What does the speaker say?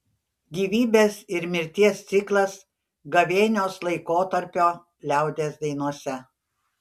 gyvybės ir mirties ciklas gavėnios laikotarpio liaudies dainose